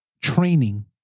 training